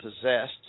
Possessed